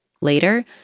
Later